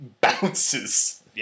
bounces